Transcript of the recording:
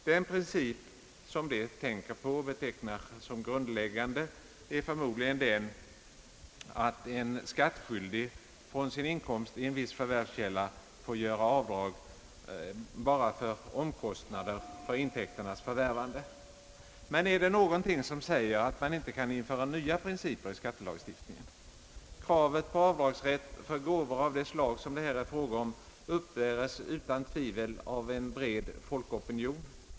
Den princip som de tänker på och som de betecknar såsom grundläggande är förmodligen den, att en skattskyldig från sin inkomst av viss förvärvskälla får göra avdrag endast för omkostnader för intäkternas förvärvande. Men är det någonting som säger att man inte kan införa nya principer i skattelagstiftningen? Kravet på avdragsrätt för gåvor av det slag som det här är fråga om uppbäres utan tvivel av en bred folkopinion.